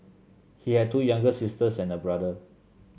he had two younger sisters and a brother